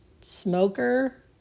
smoker